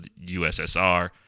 USSR